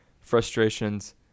frustrations